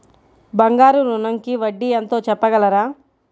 బంగారు ఋణంకి వడ్డీ ఎంతో చెప్పగలరా?